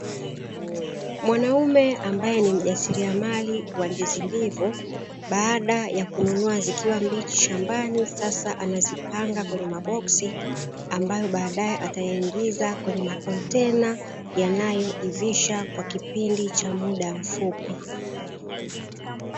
Mwanaume ambaye ni mjasiriamali wa ndizi mbivu baada ya kununua zikiwa shambani, na sasa anazipanga kwenye maboksi, ambayo baadae atayaingiza kwenye makontena yanayoivisha kwa kipindi cha muda mfupi.